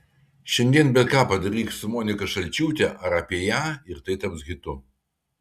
šiandien bet ką padaryk su monika šalčiūte ar apie ją ir tai taps hitu